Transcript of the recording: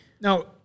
now